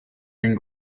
and